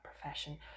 profession